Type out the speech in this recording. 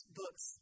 books